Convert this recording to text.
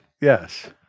Yes